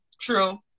True